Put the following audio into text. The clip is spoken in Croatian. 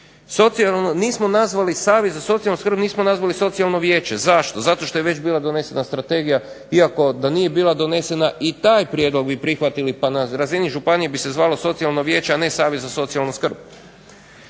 obzirom da savjet za socijalnu skrb, nismo nazvali Socijalno vijeće, zašto? Zato što je već bila donesena strategija, iako da nije bila donesena taj prijedlog bi prihvatili pa na razini županije bi se zvalo socijalno vijeće a ne Savjet za socijalnu skrb.